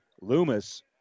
Loomis